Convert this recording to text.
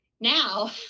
Now